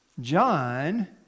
John